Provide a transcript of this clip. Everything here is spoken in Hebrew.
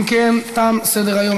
אם כן, תם סדר-היום.